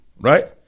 right